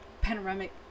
Panoramic